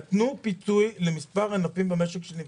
נתנו פיצוי למספר ענפים במשק שנפגעו.